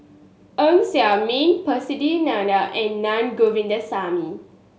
Ng Ser Miang Percy McNeice and Naa Govindasamy